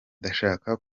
ndashaka